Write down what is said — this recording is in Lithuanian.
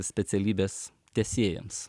specialybės tęsėjams